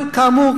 אבל כאמור,